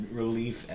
relief